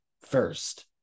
first